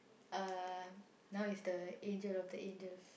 uh now is the angel of the angels